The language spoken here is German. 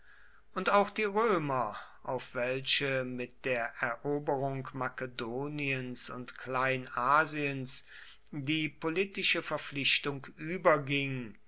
und auch die römer auf welche mit der eroberung makedoniens und kleinasiens die politische verpflichtung überging